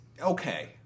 okay